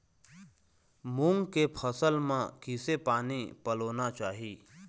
मूंग के फसल म किसे पानी पलोना चाही?